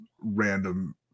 random